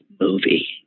movie